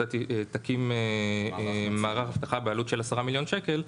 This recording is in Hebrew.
תקים מערך אבטחה בעלות של 10 מיליון שקלים,